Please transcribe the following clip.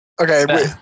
Okay